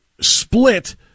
split